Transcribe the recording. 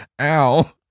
ow